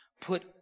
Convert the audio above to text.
put